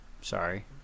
Sorry